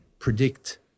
predict